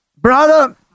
brother